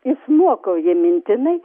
išmokau jį mintinai